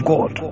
God